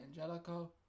Angelico